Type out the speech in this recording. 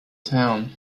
town